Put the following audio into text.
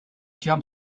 jump